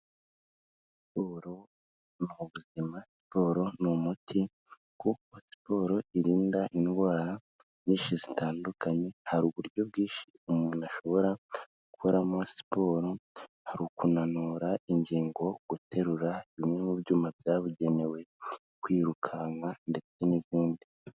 Siporo ni ubuzima siporro ni umuti kuko siporo irinda indwara nyinshi zitandukanye hari uburyo bwinshi umuntu ashobora gukoramo siporo hari ukunanura ingingo guterura bimwe mu byuma byabugenewe kwirukanka ndetse n'izindi.